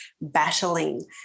battling